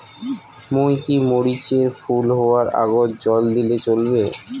মুই কি মরিচ এর ফুল হাওয়ার আগত জল দিলে চলবে?